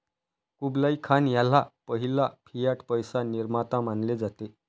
Kublai Khan ह्याला पहिला fiat पैसा निर्माता मानले जाते